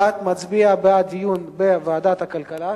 מי שמצביע בעד, מצביע בעד דיון בוועדת הכלכלה.